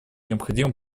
необходимо